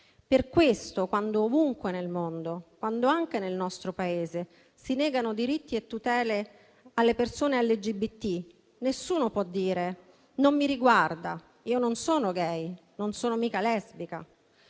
Per questo, quando ovunque nel mondo, anche nel nostro Paese, si negano i diritti e le tutele delle persone LGBT, nessuno può dire: non mi riguarda, io non sono gay, non sono mica lesbica.